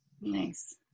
Nice